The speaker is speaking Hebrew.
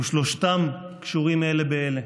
ושלושתם קשורים זה בזה: